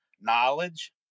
knowledge